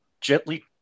gently